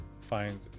find –